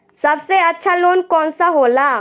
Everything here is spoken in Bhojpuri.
सबसे अच्छा लोन कौन सा होला?